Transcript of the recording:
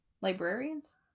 librarians